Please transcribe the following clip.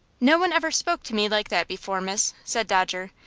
no one ever spoke to me like that before, miss, said dodger,